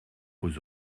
aux